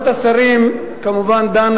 עשר דקות